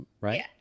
right